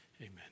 Amen